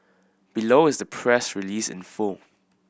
below is the press release in full